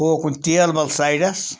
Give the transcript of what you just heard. ہوکُن تیلبَل سایڈَس